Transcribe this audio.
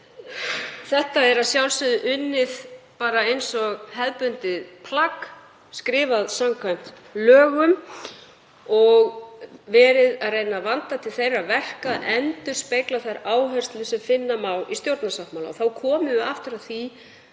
þetta er að sjálfsögðu unnið bara eins og hefðbundið plagg, skrifað samkvæmt lögum og reynt að vanda til þeirra verka og endurspegla þær áherslur sem finna má í stjórnarsáttmála. Þá komum við aftur að því